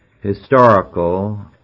historical